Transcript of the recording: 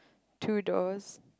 two doors